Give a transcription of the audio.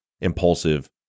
impulsive